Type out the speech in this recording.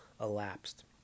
elapsed